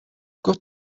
got